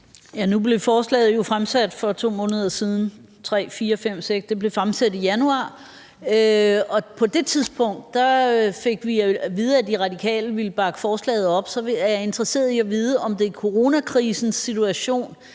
Nu blev forslaget jo fremsat for 4-5 måneder siden, for det blev fremsat i januar, og på det tidspunkt fik vi at vide, at De Radikale ville bakke forslaget op. Så jeg er interesseret i at vide, om det er situationen